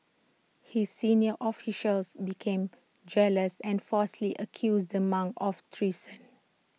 his senior officials became jealous and falsely accused the monks of treason